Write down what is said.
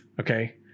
Okay